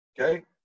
okay